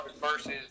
versus